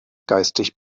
geistig